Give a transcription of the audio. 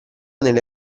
nelle